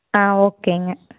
ஆ ஓகேங்க